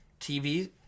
TV